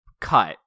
cut